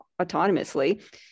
autonomously